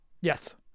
yes